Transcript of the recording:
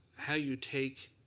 how you take